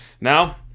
Now